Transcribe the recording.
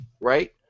right